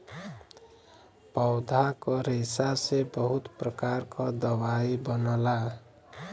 पौधा क रेशा से बहुत प्रकार क दवाई बनला